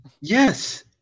Yes